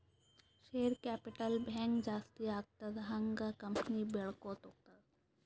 share capital ಹ್ಯಾಂಗ್ ಜಾಸ್ತಿ ಆಗ್ತದ ಹಂಗ್ ಕಂಪನಿ ಬೆಳ್ಕೋತ ಹೋಗ್ತದ